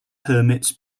hermits